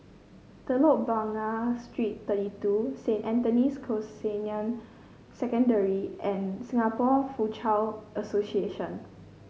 Telok Blangah Street Thirty two Saint Anthony's Canossian Secondary and Singapore Foochow Association